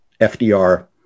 FDR